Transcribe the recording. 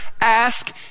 ask